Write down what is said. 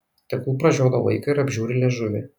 tegul pražiodo vaiką ir apžiūri liežuvį